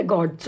God